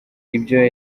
ibyo